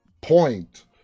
point